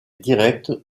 directe